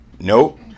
Nope